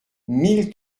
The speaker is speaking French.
mille